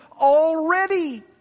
already